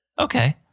okay